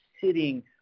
sitting